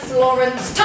Florence